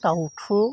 दाउथु